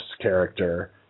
character